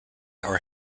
are